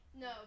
No